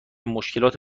مشکلات